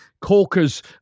corkers